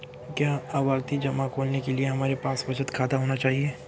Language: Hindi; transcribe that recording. क्या आवर्ती जमा खोलने के लिए हमारे पास बचत खाता होना चाहिए?